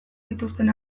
dituzten